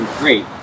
Great